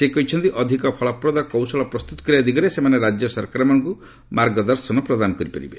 ସେ କହିଛନ୍ତି ଅଧିକ ଫଳପ୍ରଦ କୌଶଳ ପ୍ରସ୍ତତ କରିବା ଦିଗରେ ସେମାନେ ରାଜ୍ୟ ସରକାରମାନଙ୍କୁ ମାର୍ଗଦର୍ଶନ ପ୍ରଦାନ କରିପାରିବେ